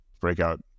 breakout